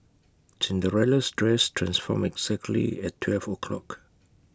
Cinderella's dress transformed exactly at twelve o' clock